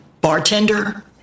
Bartender